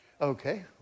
Okay